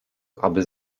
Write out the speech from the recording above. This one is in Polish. aby